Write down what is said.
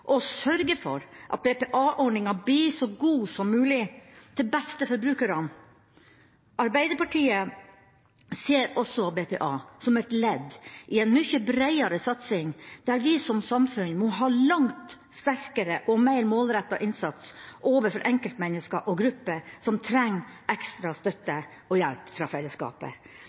og sørge for at BPA-ordninga blir så god som mulig, til beste for brukerne. Arbeiderpartiet ser også BPA som et ledd i en mye breiere satsing, der vi som samfunn må ha langt sterkere og mer målretta innsats overfor enkeltmennesker og grupper som trenger ekstra støtte og hjelp fra fellesskapet.